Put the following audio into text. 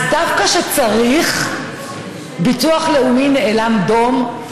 אז דווקא כשצריך ביטוח לאומי נאלם דום?